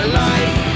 life